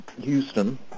Houston